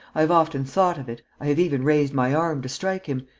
i have often thought of it, i have even raised my arm to strike him,